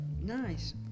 Nice